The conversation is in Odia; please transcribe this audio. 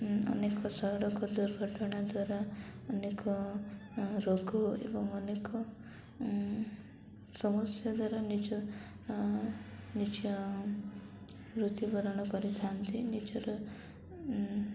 ଅନେକ ସଡ଼କ ଦୁର୍ଘଟଣା ଦ୍ୱାରା ଅନେକ ରୋଗ ଏବଂ ଅନେକ ସମସ୍ୟା ଦ୍ୱାରା ନିଜ ନିଜ ମୃତ୍ୟୁବରଣ କରିଥାନ୍ତି ନିଜର